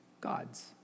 gods